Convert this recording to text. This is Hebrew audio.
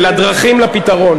על הדרכים לפתרון,